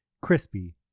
Crispy